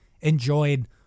enjoyed